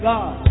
God